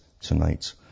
tonight